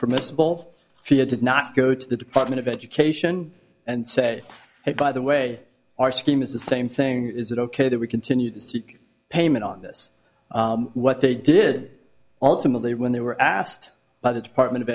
permissible she had to not go to the department of education and say hey by the way our scheme is the same thing is it ok that we continue to seek payment on this what they did alternately when they were asked by the department of